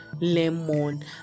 lemon